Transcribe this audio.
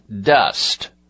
dust